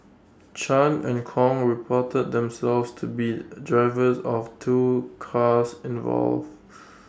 chan and Kong reported themselves to be drivers of two cars involved